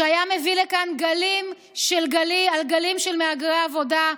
שהיה מביא לכאן גלים על גלים של מהגרי עבודה,